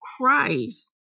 Christ